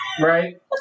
right